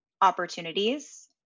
opportunities